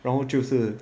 然后就是